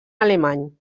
alemany